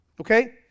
Okay